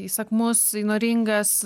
įsakmus įnoringas